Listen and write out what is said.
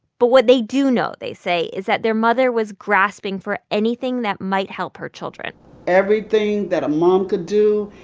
but what they do know, they say, is that their mother was grasping for anything that might help her children everything that a mom could do,